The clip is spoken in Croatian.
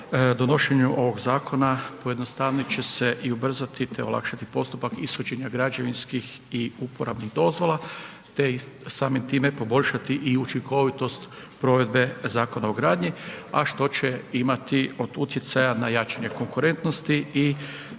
Donošenje ovog zakona pojednostavit će se i ubrzati, te olakšati postupak ishođenja građevinskih i uporabnih dozvola, te samim time poboljšati i učinkovitost provedbe Zakona o gradnji, a što će imati od utjecaja na jačanje konkurentnosti i boljim